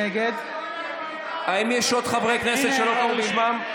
נגד --- האם יש עוד חברי כנסת שלא קראו בשמם?